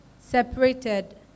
separated